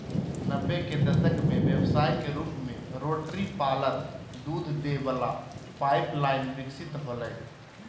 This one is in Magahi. नब्बे के दशक में व्यवसाय के रूप में रोटरी पार्लर दूध दे वला पाइप लाइन विकसित होलय